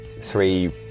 three